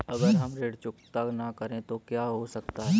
अगर हम ऋण चुकता न करें तो क्या हो सकता है?